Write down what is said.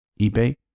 eBay